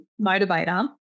motivator